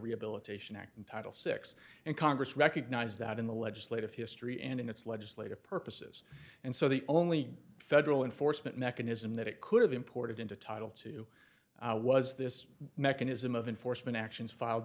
rehabilitation act in title six and congress recognized that in the legislative history and in its legislative purposes and so the only federal enforcement mechanism that it could have imported into title two was this mechanism of enforcement actions filed